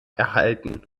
erhalten